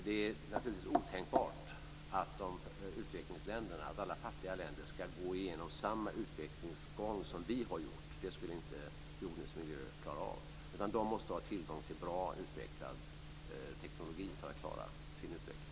Det är naturligtvis otänkbart att alla fattiga länder ska gå igenom samma utvecklingsgång som vi har gjort. Det skulle inte jordens miljö klara av. De måste ha tillgång till bra, utvecklad teknologi för att klara sin utveckling.